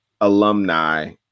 alumni